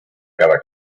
cada